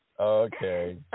okay